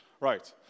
Right